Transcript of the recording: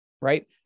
right